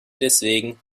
deswegen